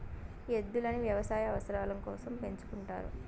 ఎద్దులను వ్యవసాయ అవసరాల కోసం పెంచుకుంటారు